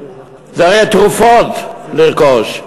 זה הרי תרופות לרכוש.